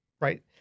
right